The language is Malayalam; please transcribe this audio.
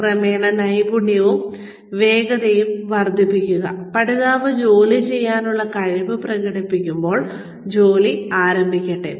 ക്രമേണ നൈപുണ്യവും വേഗതയും വർദ്ധിപ്പിക്കുക പഠിതാവ് ജോലി ചെയ്യാനുള്ള കഴിവ് പ്രകടിപ്പിക്കുമ്പോൾ ജോലി ആരംഭിക്കട്ടെ